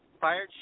fired